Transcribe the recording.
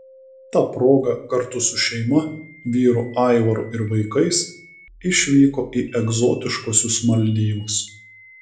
ta proga kartu su šeima vyru aivaru ir vaikais išvyko į egzotiškuosius maldyvus